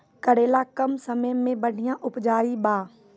करेला कम समय मे बढ़िया उपजाई बा?